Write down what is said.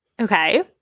Okay